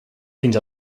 fins